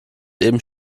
eben